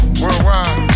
worldwide